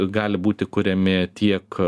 gali būti kuriami tiek